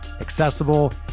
accessible